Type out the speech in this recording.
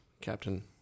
Captain